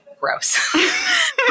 gross